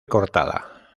cortada